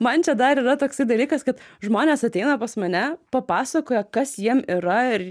man čia dar yra toksai dalykas kad žmonės ateina pas mane papasakoja kas jiem yra ir